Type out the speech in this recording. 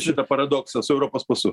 šitą paradoksą su europos pasu